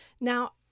Now